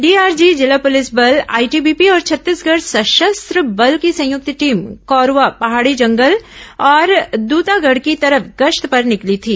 DRG जिला police बल ITBP और छत्तीसंगढ़ सशस्त्र बल की संयुक्त टीम कौरूआ पहाड़ी जंगल और दूतागढ़ की तरफ गश्त पर निकली थी